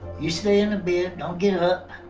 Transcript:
you stay in the bed, don't get up.